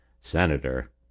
Senator